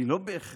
והיא לא בהכרח,